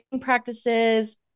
practices